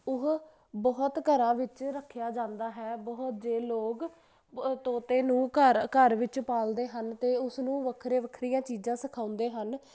ਉਹ ਬਹੁਤ ਘਰਾਂ ਵਿੱਚ ਰੱਖਿਆ ਜਾਂਦਾ ਹੈ ਬਹੁਤ ਜੇ ਲੋਕ ਤੋਤੇ ਨੂੰ ਘਰ ਘਰ ਵਿੱਚ ਪਾਲਦੇ ਹਨ ਅਤੇ ਉਸ ਨੂੰ ਵੱਖਰੇ ਵੱਖਰੀਆਂ ਚੀਜ਼ਾਂ ਸਿਖਾਉਂਦੇ ਹਨ